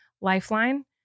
lifeline